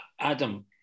Adam